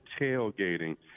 tailgating